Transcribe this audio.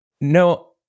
no